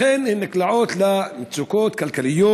לכן הן נקלעות למצוקות כלכליות.